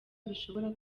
bishobora